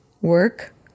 work